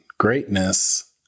greatness